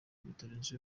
bitarenze